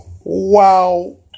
Wow